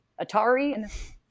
Atari